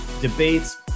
debates